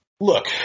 look